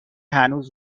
هنوز